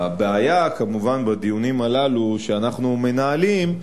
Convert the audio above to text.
הבעיה, כמובן, בדיונים הללו שאנחנו מנהלים,